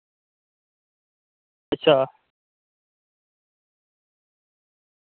अच्छा